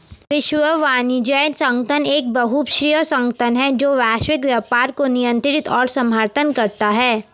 विश्व वाणिज्य संगठन एक बहुपक्षीय संगठन है जो वैश्विक व्यापार को नियंत्रित और समर्थन करता है